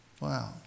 Wow